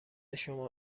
شما